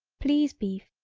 please beef,